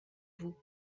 vous